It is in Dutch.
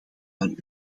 aan